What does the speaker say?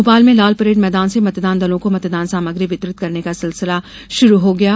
भोपाल में लालपरेड मैदान से मतदान दलों को मतदान सामग्री वितरित करने का सिलसिला शुरू हो गया है